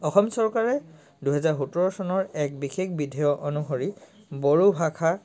অসম চৰকাৰে দুহেজাৰ সোতৰ চনৰ এক বিশেষ বিধেয়ক অনুসৰি বড়ো ভাষা